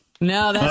No